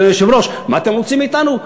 אדוני היושב-ראש: מה אתם רוצים מאתנו?